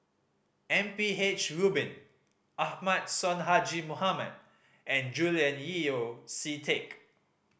M P H Rubin Ahmad Sonhadji Mohamad and Julian Yeo See Teck